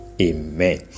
amen